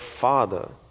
father